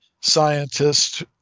scientists